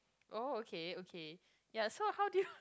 oh okay okay ya so how do you